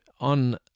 on –